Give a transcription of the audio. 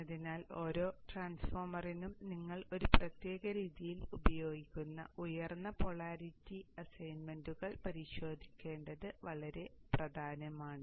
അതിനാൽ ഓരോ ട്രാൻസ്ഫോർമറിനും നിങ്ങൾ ഒരു പ്രത്യേക രീതിയിൽ ഉപയോഗിക്കുന്ന ഉയർന്ന പോളാരിറ്റി അസൈൻമെന്റുകൾ പരിശോധിക്കുന്നത് വളരെ പ്രധാനമാണ്